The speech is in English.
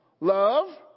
Love